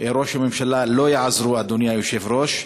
ראש הממשלה לא יעזרו, אדוני היושב-ראש.